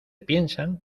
piensan